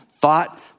thought